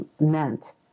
meant